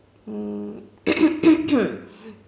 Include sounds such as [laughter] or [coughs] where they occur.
mm [coughs]